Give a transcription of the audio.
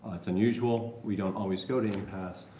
it's unusual. we don't always go to impasse.